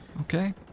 Okay